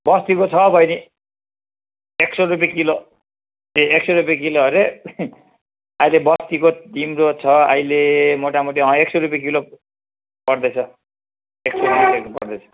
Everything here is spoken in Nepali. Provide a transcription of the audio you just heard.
बस्तीको छ बैनी एक सौ रुपियाँ किलो ए एक सौ रुपियाँ किलो अरे अहिले बस्तीको तिम्रो छ अहिले मोटामोटी अँ एक सौ रुपियाँ किलो पर्दैछ एक सौ रुपियाँको पर्दैछ